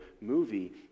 movie